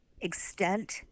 extent